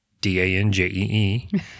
D-A-N-J-E-E